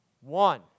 one